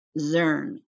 Zern